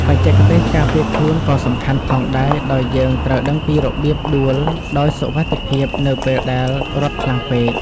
បច្ចេកទេសការពារខ្លួនក៏សំខាន់ផងដែរដោយយើងត្រូវដឹងពីរបៀបដួលដោយសុវត្ថិភាពនៅពេលដែលរត់ខ្លាំងពេក។